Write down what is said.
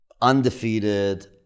undefeated